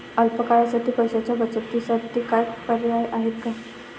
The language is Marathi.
अल्प काळासाठी पैशाच्या बचतीसाठी काय पर्याय आहेत?